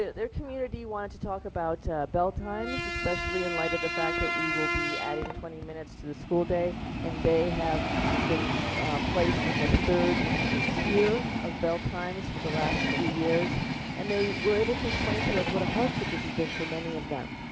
their community wanted to talk about bell times especially in light of the fact that we will be adding twenty minutes to the school day and they have been placed in the third tier of bell times for the last three years and they were able to explain to us what a hardship this has been for many of them.